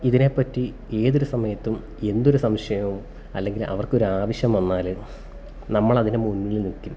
ഇതിനേപ്പറ്റി ഏതൊരു സമയത്തും എന്തൊരു സംശയവും അല്ലെങ്കിൽ അവർക്കൊരാവശ്യം വന്നാൽ നമ്മളതിനു മുന്നിൽ നിൽക്കും